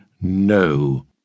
no